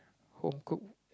home cook